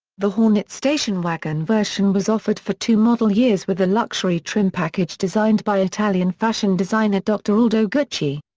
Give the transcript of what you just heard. the hornet station wagon version was offered for two model years with a luxury trim package designed by italian fashion designer dr. aldo gucci.